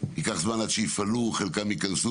ייקח זמן עד שהם יפעלו, וחלקם ייכנסו.